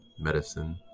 medicine